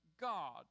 God